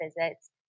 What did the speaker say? visits